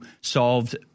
solved